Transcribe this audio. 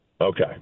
Okay